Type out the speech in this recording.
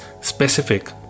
specific